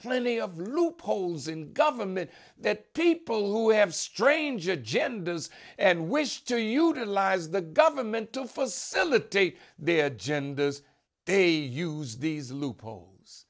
plenty of loopholes in government that people who have strange agendas and wish to utilize the government to facilitate their agendas they use these loopholes